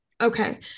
Okay